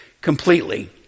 completely